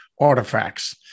artifacts